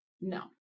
no